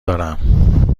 دارم